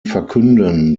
verkünden